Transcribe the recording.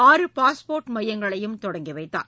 ஆறு பாஸ்போர்ட் மையங்களையும் தொடங்கி வைத்தார்